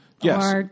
Yes